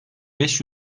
beş